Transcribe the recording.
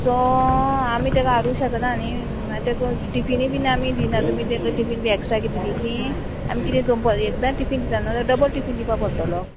so आमी तेका हाडूंक शकना न्ही मागीर तेका टिफिनी बीन आमी दिना तुमी तेका टिफीन बी एक्स्ट्रा किदें दितली आमी किदें दोनपरां एकदां टिफीन दिता ना जाल्यार डबल टिफीन दिवपा पडटलो